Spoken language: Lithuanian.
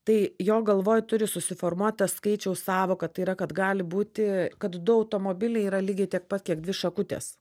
tai jo galvoj turi susiformuot ta skaičiaus sąvoka tai yra kad gali būti kad du automobiliai yra lygiai tiek pat kiek dvi šakutės